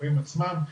המהמרים עצמם.